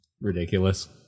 Ridiculous